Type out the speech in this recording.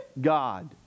God